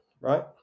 right